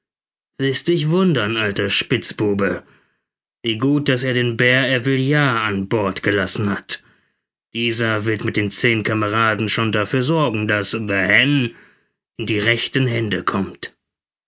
wirst dich wundern alter spitzbube wie gut daß er den bert ervillard an bord gelassen hat dieser wird mit den zehn kameraden schon dafür sorgen daß the hen in die rechten hände kommt